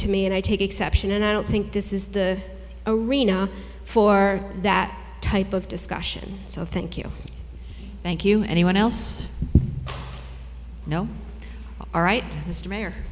to me and i take exception and i don't think this is the arena for that type of discussion so thank you thank you anyone else all right mr mayor